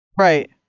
Right